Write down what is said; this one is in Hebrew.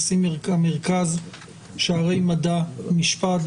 נשיא המרכז האקדמי שערי מדע ומשפט,